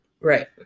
Right